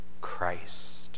Christ